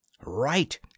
Right